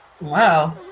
Wow